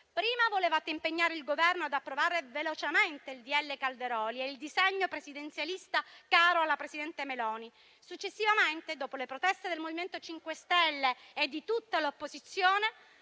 Prima volevate impegnare il Governo ad approvare velocemente il disegno di legge Calderoli e il disegno presidenzialista caro alla presidente Meloni. Successivamente, dopo le proteste del MoVimento 5 Stelle e di tutta l'opposizione,